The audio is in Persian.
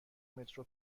مترو